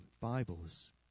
Bibles